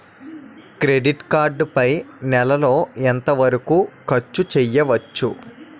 Credit card పై నెల లో ఎంత వరకూ ఖర్చు చేయవచ్చు?